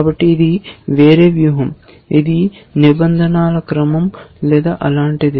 కాబట్టి ఇది వేరే వ్యూహం ఇది నిబంధనల క్రమం లేదా అలాంటిదే